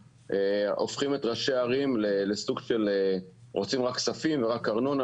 הופכים את ראשי הערים לכאלה שרוצים רק כספים ורק ארנונה.